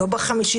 לא בחמישית.